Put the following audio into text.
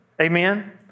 Amen